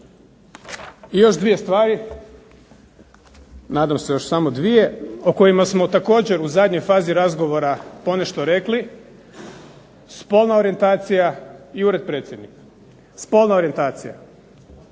I još dvije stvari, nadam se još samo dvije o kojima smo također u zadnjoj fazi razgovora ponešto rekli. Spolna orijentacija i ured predsjednika. Spolna orijentacija.